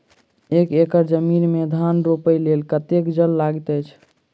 एक एकड़ जमीन मे धान रोपय लेल कतेक जल लागति अछि?